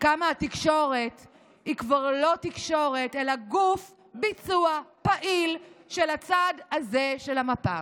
כמה התקשורת היא כבר לא תקשורת אלא גוף ביצוע פעיל של הצד הזה של המפה.